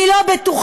אני לא בטוחה,